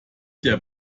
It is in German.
der